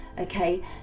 okay